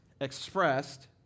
expressed